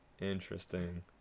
interesting